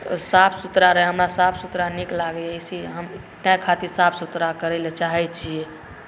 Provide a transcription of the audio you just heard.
साफ सुथरा रहय हमरा साफ सुथरा नीक लागैए से हम ताहि खातिर साफ़ सुथरा करै लेल चाहैत छियै